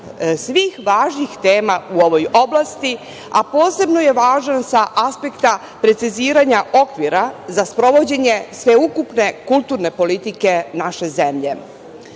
svih važnih tema u ovoj oblasti, a posebno je važan sa aspekta preciziranja okvira za sprovođenje sveukupne kulturne politike naše